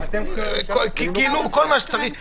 יהיו עוד רשימות חדשות.